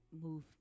move